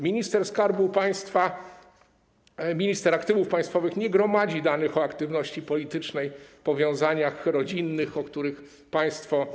Minister Skarbu Państwa, minister aktywów państwowych nie gromadzi danych o aktywności politycznej, powiązaniach rodzinnych, o których państwo mówiliście.